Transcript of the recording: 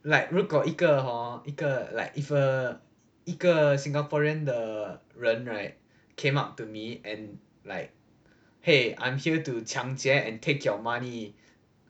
like 如果一个 hor 一个 like if a 一个 singaporean 的人 right came up to me and like !hey! I'm here to 抢劫 and take your money